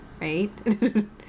right